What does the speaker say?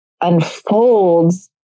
unfolds